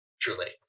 truly